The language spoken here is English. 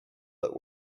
that